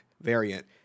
variant